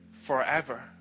forever